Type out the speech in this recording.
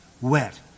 wet